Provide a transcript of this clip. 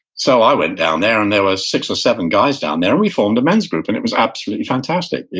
so i went down there and there were six or seven guys down there, and we formed a men's group, and it was absolutely fantastic.